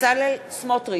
בצלאל סמוטריץ,